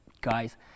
Guys